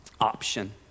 option